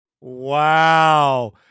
Wow